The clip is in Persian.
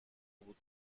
بود